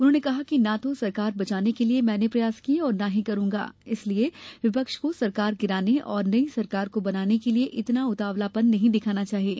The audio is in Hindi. उन्होंने कहा कि ना तो सरकार बचाने के लिये मैंने कोई प्रयास किये और ना ही करूंगा इसलिये विपक्ष को सरकार गिराने और नई सरकार को बनाने के लिये इतना उतावलापन नहीं दिखाना चहिये